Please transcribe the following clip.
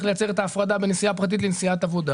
לייצר את ההפרדה בין נסיעה פרטית לנסיעת עבודה.